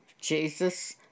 Jesus